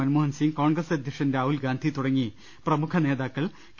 മൻമോഹൻസിങ് കോൺഗ്രസ് അധ്യക്ഷൻ രാഹുൽഗാന്ധി തുടങ്ങി പ്രമുഖ നേതാക്കൾ കെ